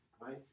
Right